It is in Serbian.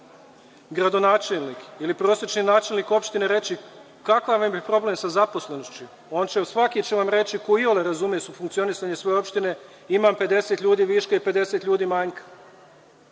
gradonačelnik ili prosečan načelnik opštine reći kakav vam je problem sa zaposlenošću, svaki će vam reći, koji iole razume funkcionisanje svoje opštine - imam 50 ljudi viška i 50 ljudi manjka.